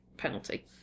penalty